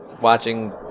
watching